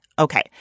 Okay